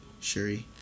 Shuri